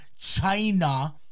China